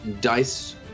dice